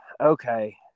okay